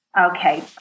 Okay